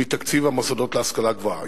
מתקציב המוסדות להשכלה גבוהה.